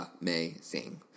amazing